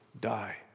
die